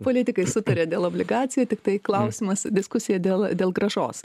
politikai sutarė dėl obligacijų tiktai klausimas diskusija dėl dėl grąžos